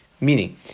Meaning